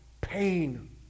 pain